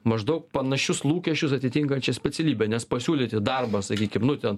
maždaug panašius lūkesčius atitinkančią specialybę nes pasiūlyti darbą sakykim nu ten